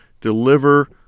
deliver